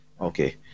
Okay